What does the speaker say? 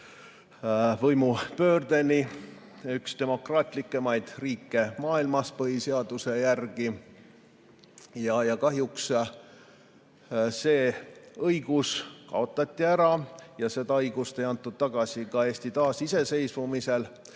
võimupöördeni üks demokraatlikumaid riike maailmas põhiseaduse järgi. Kahjuks see õigus kaotati ära ja seda õigust ei antud tagasi ka Eesti taasiseseisvumisel.